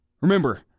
Remember